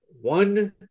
one